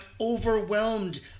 overwhelmed